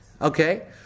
Okay